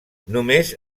només